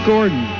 Gordon